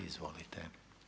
Izvolite.